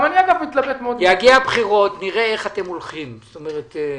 יגיעו הבחירות ונראה איך אתם הולכים זאת אומרת,